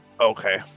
okay